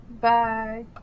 Bye